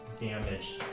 damage